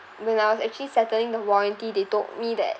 when I was actually settling the warranty they told me that